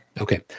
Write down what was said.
Okay